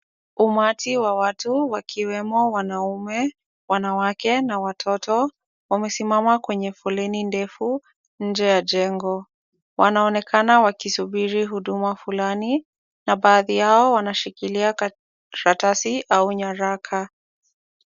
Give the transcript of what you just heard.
Umati wa watu wakiwemo wanaume, wanawake na watoto, wamesimama kwenye foleni ndefu nje ya jengo, wanaonekana wakisubiri huduma fulani na baadhi yao wanashikilia karatasi au nyaraka.